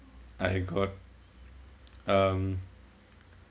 I got um